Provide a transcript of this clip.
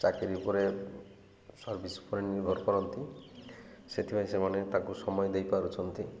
ଚାକିରି ଉପରେ ସର୍ଭିସ୍ ଉପରେ ନିର୍ଭର କରନ୍ତି ସେଥିପାଇଁ ସେମାନେ ତାକୁ ସମୟ ଦେଇପାରୁଛନ୍ତି